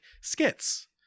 skits